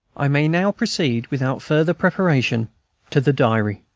i may now proceed, without farther preparation to the diary.